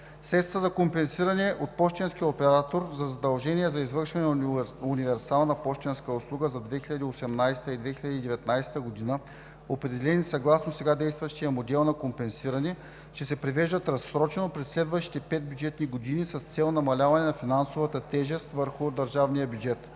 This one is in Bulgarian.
Средствата за компенсиране на пощенския оператор за задължения за извършване на универсална пощенска услуга за 2018 г. и 2019 г., определени съгласно сега действащия модел на компенсиране, ще се превеждат разсрочено през следващите пет бюджетни години с цел намаляване на финансовата тежест върху държавния бюджет.